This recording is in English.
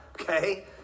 okay